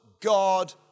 God